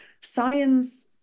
science